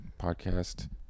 Podcast